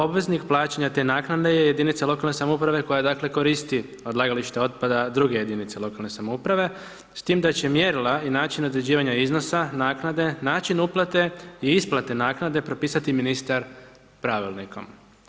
Obveznik plaćanja te naknade je jedinica lokalne samouprave koja, dakle, koristi odlagalište otpada druge jedinice lokalne samouprave s tim da će mjerila i način određivanja iznosa, naknade, način uplate i isplate naknade, propisati ministar Pravilnikom.